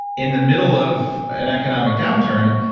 in the middle of an economic downturn,